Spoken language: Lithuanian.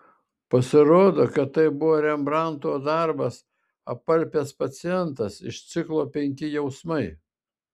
pasirodo kad tai buvo rembrandto darbas apalpęs pacientas iš ciklo penki jausmai